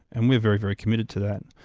and we're very, very committed to that.